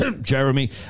Jeremy